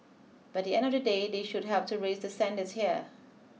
but at the end of the day they should help to raise the standards here